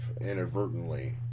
inadvertently